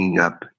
up